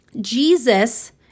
Jesus